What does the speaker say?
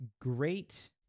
great